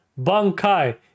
Bunkai